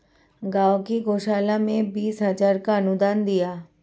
गांव की गौशाला में बीस हजार का अनुदान दिया